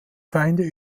feinde